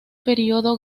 periodo